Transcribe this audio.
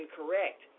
incorrect